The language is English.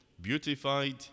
beautified